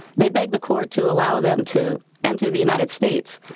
they begged the court to allow them to enter the united states.